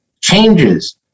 changes